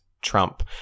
Trump